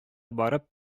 барып